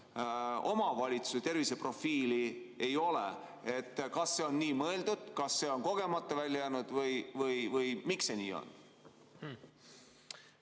omavalitsuse terviseprofiili ei ole. Kas see on nii mõeldud, kas see on kogemata välja jäänud või miks see nii on?